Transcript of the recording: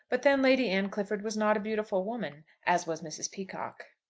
but then lady anne clifford was not a beautiful woman, as was mrs. peacocke.